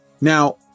Now